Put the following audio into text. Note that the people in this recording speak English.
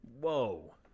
Whoa